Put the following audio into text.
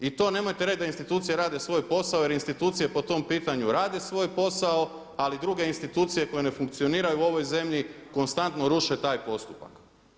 I to nemojte reći da institucije rade svoj posao jer institucije po tom pitanju rade svoj posao, ali druge institucije koje ne funkcioniraju u ovoj zemlji konstantno ruše taj postupak.